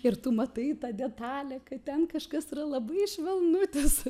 ir tu matai ta detalė kad ten kažkas yra labai švelnutis